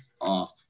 off